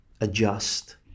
adjust